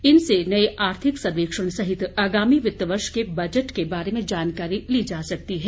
इनसे नए आर्थिक सर्वेक्षण सहित आगामी वित्त वर्ष के बजट के बारे में जानकारी ली जा सकती है